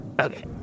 Okay